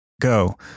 go